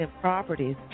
properties